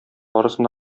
барысын